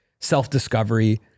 self-discovery